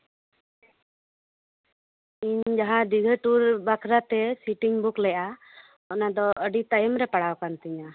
ᱤᱧ ᱡᱟᱦᱟᱸ ᱫᱤᱜᱷᱟᱹ ᱴᱩᱨ ᱵᱟᱠᱷᱨᱟᱛᱮ ᱥᱴᱤᱧ ᱵᱩᱠ ᱞᱮᱫᱼᱟ ᱚᱱᱟ ᱫᱚ ᱟᱹᱰᱤ ᱛᱟᱭᱚᱢ ᱨᱮ ᱯᱟᱲᱟᱣ ᱠᱟᱱ ᱛᱤᱧᱟᱹ